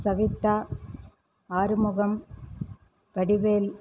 Savitha Arumugam Vadivel